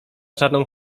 czarną